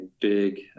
big